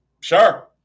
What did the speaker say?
sure